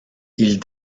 ils